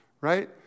right